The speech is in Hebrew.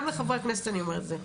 גם לחברי הכנסת אני אומרת את זה.